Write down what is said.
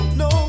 no